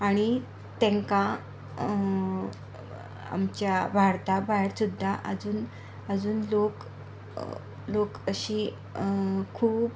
आनी तांकां आमच्या भारता भायर सुद्दां आजून आजून लोक लोक अशी खूब